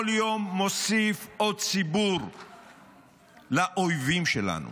כל יום מוסיף עוד ציבור לאויבים שלנו.